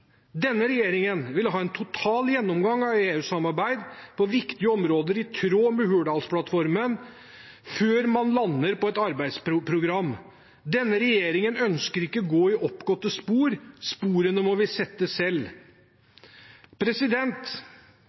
denne regjeringen – vil ha en total gjennomgang av EU-samarbeid på viktige områder i tråd med Hurdalsplattformen før man lander på et arbeidsprogram. Denne regjeringen ønsker ikke å gå i oppgåtte spor, sporene må vi sette selv.